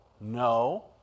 No